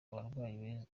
abarwanyi